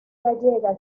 gallega